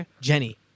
Jenny